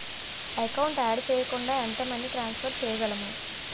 Account add చేయకుండా ఎంత money transfer చేయగలము?